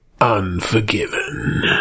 Unforgiven